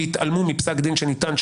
ויתעלמו מפסק דין שניתן,